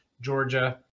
Georgia